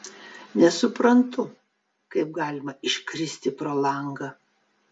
nesuprantu kaip galima iškristi pro langą